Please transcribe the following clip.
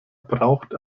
braucht